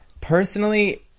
personally